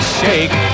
shake